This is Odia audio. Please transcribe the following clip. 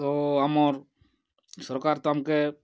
ତ ଆମର୍ ସରକାର୍ ତ ଆମ୍କେ